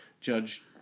Judge